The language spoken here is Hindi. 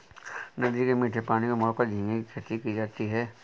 नदी के मीठे पानी को मोड़कर झींगे की खेती की जाती है